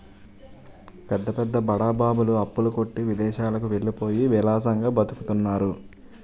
పెద్ద పెద్ద బడా బాబులు అప్పుల కొట్టి విదేశాలకు వెళ్ళిపోయి విలాసంగా బతుకుతున్నారు